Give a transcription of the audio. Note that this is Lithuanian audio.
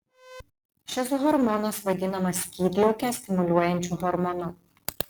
šis hormonas vadinamas skydliaukę stimuliuojančiu hormonu